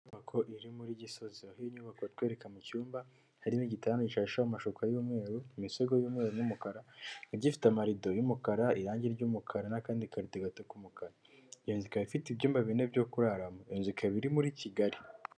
Inyubako iri muri Gisozi aho inyubako itwereka mu cyumba hari n'igitanda gishasheho amashuka y'umweru imisego y'umweru n'umukara igifite amarido y'umukara, irangi ry'umukara n'akandi karido gasa umukara, ikaba ifite ibyumba bine byo kuraramo inzu ikaba iri muri Kigali.